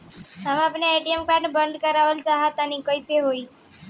हम आपन ATM card बंद करावल चाह तनि कइसे होई?